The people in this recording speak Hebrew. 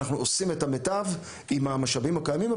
אנחנו עושים את המיטב עם המשאבים הקיימים,